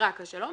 רק השלום.